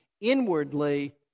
inwardly